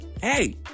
hey